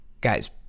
guys